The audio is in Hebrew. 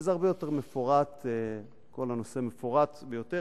וזה הרבה יותר מפורט, כל הנושא מפורט ביותר.